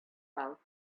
bulk